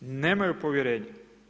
Nemaju povjerenja.